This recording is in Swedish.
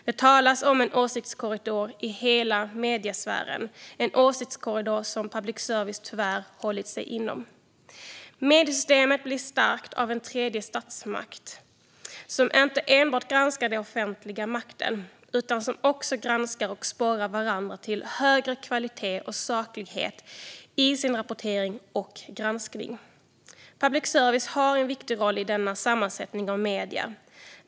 Det talas om en åsiktskorridor i hela mediesfären - en åsiktskorridor som public service tyvärr hållit sig inom. Mediesystemet blir starkt av en tredje statsmakt som inte enbart granskar den offentliga makten utan också granskar och sporrar varandra till högre kvalitet och saklighet i sin rapportering och granskning. Public service har en viktig roll i denna sammansättning av medier.